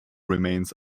remains